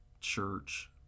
Church